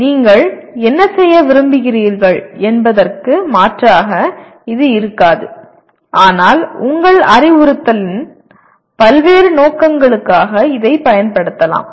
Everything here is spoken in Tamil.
நீங்கள் என்ன செய்ய விரும்புகிறீர்கள் என்பதற்கு மாற்றாக இது இருக்காது ஆனால் உங்கள் அறிவுறுத்தலில் பல்வேறு நோக்கங்களுக்காக இதைப் பயன்படுத்தலாம்